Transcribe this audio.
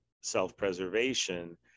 self-preservation